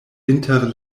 inter